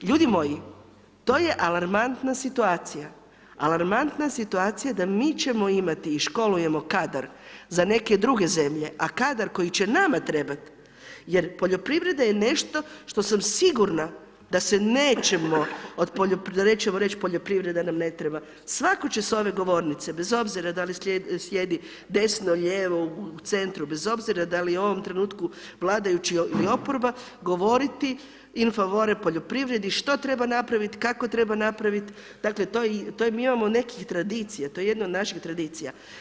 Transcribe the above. Ljudi moji, to je alarmantna situacija, alarmantna situacija da mi ćemo imati i školujemo kadar za neke druge zemlje a kadar koji će nama trebat jer poljoprivreda je nešto što sam sigurna da se nećemo, nećemo reći poljoprivreda nam ne treba, svako će s ove govornice bez obzira da li sjedi desno, lijevo, u centru, bez obzira da li je u ovom trenutku vladajući ili oporba, govoriti in favore o poljoprivredi, što treba napraviti, kako treba napraviti, dakle mi imamo nekih tradicija, to je jedno od naših tradicija.